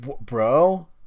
Bro